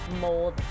mold